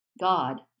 God